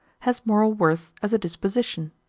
has moral worth as a disposition.